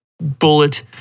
bullet